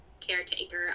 caretaker